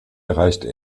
erreichte